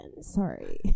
Sorry